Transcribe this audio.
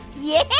yeah,